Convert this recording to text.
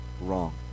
Wrong